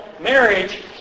marriage